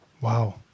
Wow